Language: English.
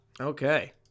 Okay